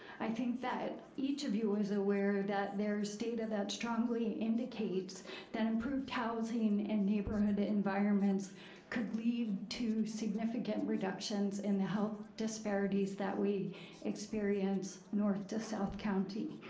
i think that each of you is aware that there's data that strongly indicates that improved housing and neighborhood environments could lead to significant reductions in the health disparities that we experience north to south county.